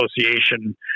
association